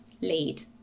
lead